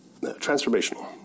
transformational